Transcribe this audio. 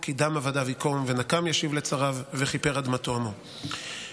כי דם עבדיו יקום ונקם ישיב לצריו וכִפֶּר אדמתו עמו".